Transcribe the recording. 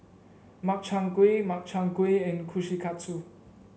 Makchang Gui Makchang Gui and Kushikatsu